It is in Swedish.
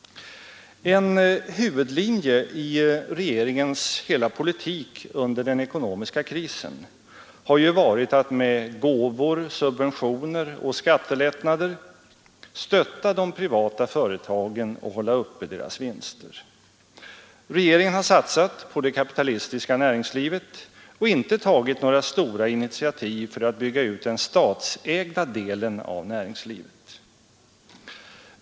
En huvudlinje i regeringens hela politik under den ekonomiska krisen har varit att med gåvor, subventioner och skattelättnader stötta de privata företagen och hålla uppe deras vinster. Regeringen har satsat på det kapitalistiska näringslivet och inte tagit några stora initiativ för att bygga ut den statsägda delen av näringslivet.